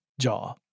jaw